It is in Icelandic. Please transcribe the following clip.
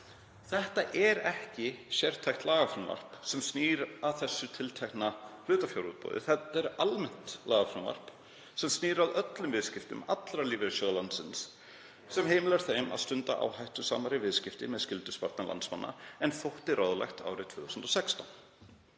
þetta er ekki sértækt lagafrumvarp sem snýr að þessu tiltekna hlutafjárútboði. Þetta er almennt lagafrumvarp sem snýr að öllum viðskiptum allra lífeyrissjóða landsins sem heimilar þeim að stunda áhættusamari viðskipti með skyldusparnað landsmanna en þótti ráðlegt árið 2016.